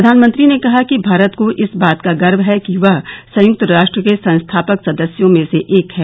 प्रधानमंत्री ने कहा कि भारत को इस बात का गर्व है कि वह संयुक्त राष्ट्र के संस्थापक सदस्यों में से एक है